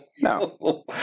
No